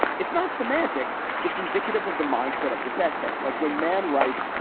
it's not semantics. it's indicative of the mindset of this essay. like when man writes,